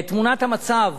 תמונת המצב